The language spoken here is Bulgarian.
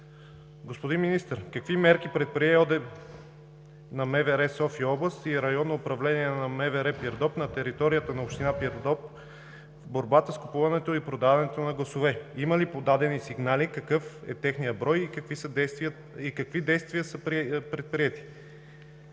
Господин Министър, какви мерки предприе Областна дирекция – МВР – София област, и Районно управление на МВР – Пирдоп, на територията на община Пирдоп в борбата с купуването и продаването на гласове? Има ли подадени сигнали, какъв е техният брой и какви действия са предприети?